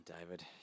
David